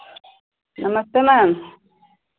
नमस्ते मैम